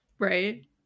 Right